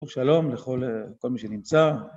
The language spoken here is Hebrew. ...שלום לכל מי שנמצא.